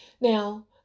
Now